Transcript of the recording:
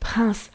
prince